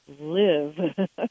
live